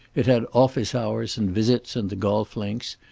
it had office hours and visits and the golf links,